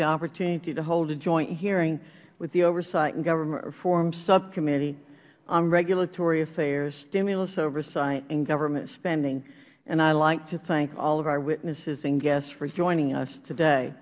the opportunity to hold a joint hearing with the oversight and government reform subcommittee on regulatory affairs stimulus oversight and government spending and i would like to thank all of our witnesses and guests for joining us today